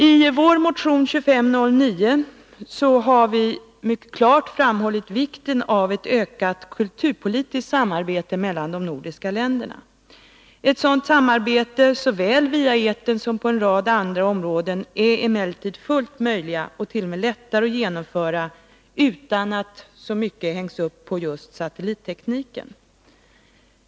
I vår motion har vi mycket klart framhållit vikten av ett ökat kulturpolitiskt samarbete mellan de nordiska länderna. Ett sådant samarbete, såväl via etern som på en rad andra områden, är emellertid fullt möjligt och t.o.m. lättare att genomföra utan att så mycket hängs upp på just satellittekniken.